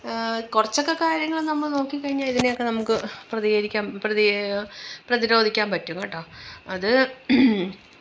കുറച്ചൊക്കെ കാര്യങ്ങള് നമ്മള് നോക്കി കഴിഞ്ഞാൽ ഇതിനെയൊക്കെ നമുക്ക് പ്രതികരിക്കാന് പ്രതി പ്രതിരോധിക്കാൻ പറ്റും കേട്ടോ അത്